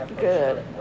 Good